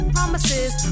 Promises